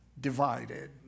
divided